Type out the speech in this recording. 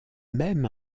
même